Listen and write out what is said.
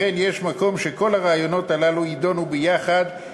לכן יש מקום שכל הרעיונות הללו יידונו ביחד.